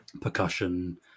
percussion